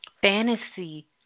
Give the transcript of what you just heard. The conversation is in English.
Fantasy